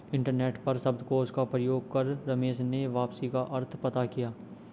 internet पर शब्दकोश का प्रयोग कर रमेश ने वापसी का अर्थ पता किया